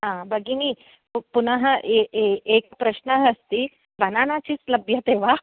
आ भगिनी पुनः ए ए एकप्रश्नः अस्ति बनाना चिप्स् लभ्यते वा